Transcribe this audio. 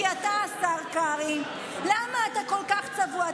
כי אתה, השר קרעי, למה אתה כל כך צבוע?